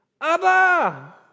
Abba